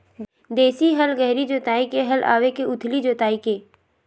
देशी हल गहरी जोताई के हल आवे के उथली जोताई के?